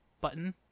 button